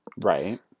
Right